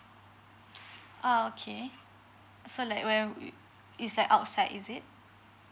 oh okay so like where we it's like outside is it